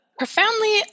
profoundly